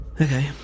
Okay